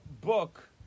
book